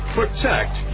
protect